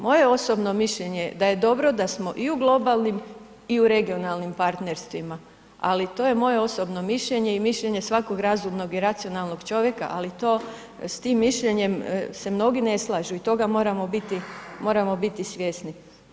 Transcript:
Moje osobno mišljenje je da je dobro da smo i u globalnim i u regionalnim partnerstvima ali to je moje osobno mišljenje i mišljenje svakog razumnog i racionalnog čovjeka ali to, s tim mišljenjem se mnogi ne slažu i toga moramo biti svjesni.